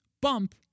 Bump